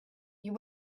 you